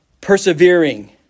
persevering